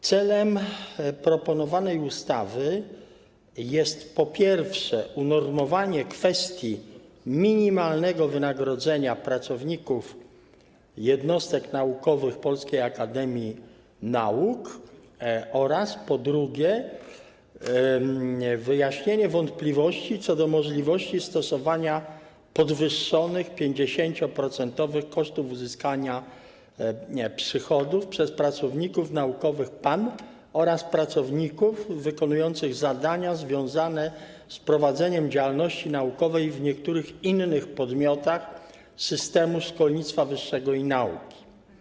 Celem proponowanej ustawy jest, po pierwsze, unormowanie kwestii minimalnego wynagrodzenia pracowników jednostek naukowych Polskiej Akademii Nauk oraz, po drugie, wyjaśnienie wątpliwości co do możliwości stosowania podwyższonych, 50-procentowych kosztów uzyskania przychodów przez pracowników naukowych PAN oraz pracowników wykonujących zadania związane z prowadzeniem działalności naukowej w niektórych innych podmiotach systemu szkolnictwa wyższego i nauki.